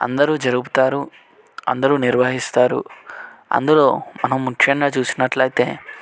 అందరూ జరుపుతారు అందరూ నిర్వహిస్తారు అందులో మనం ముఖ్యంగా చూసినట్లయితే